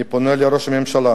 אני פונה לראש הממשלה